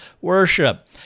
worship